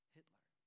Hitler